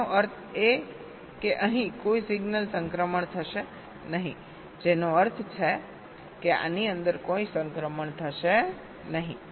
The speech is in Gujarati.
તેનો અર્થ એ કે અહીં કોઈ સિગ્નલ સંક્રમણ થશે નહીં જેનો અર્થ છે કે આની અંદર કોઈ સંક્રમણ થશે નહીં